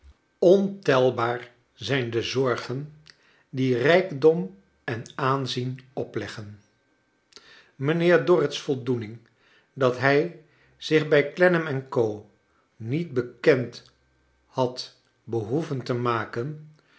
ontelbaar zijn de zorgen die rijkdom en aanzien opleggen mijnheer dorrit's voldoening dat hij zich bij clennam en co niet bekend had behoeven te maken